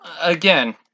again